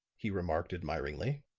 he remarked admiringly.